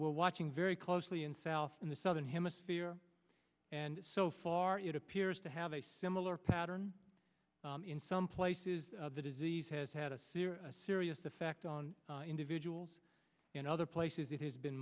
we're watching very closely in south in the southern hemisphere and so far it appears to have a similar pattern in some places the disease has had a serious serious effect on individuals in other places it has been